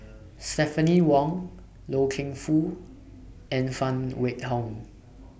Stephanie Wong Loy Keng Foo and Phan Wait Hong